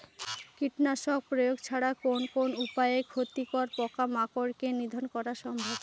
কীটনাশক প্রয়োগ ছাড়া কোন কোন উপায়ে ক্ষতিকর পোকামাকড় কে নিধন করা সম্ভব?